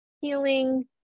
healing